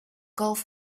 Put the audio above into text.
golf